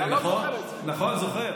אתה לא זוכר את זה, אני זוכר.